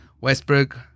Westbrook